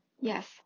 Yes